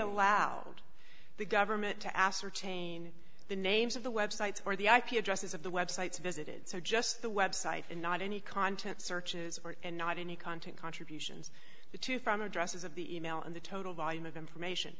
allowed the government to ascertain the names of the websites or the ip addresses of the websites visited so just the website and not any content searches or and not any content contributions to from addresses of the email and the total volume of information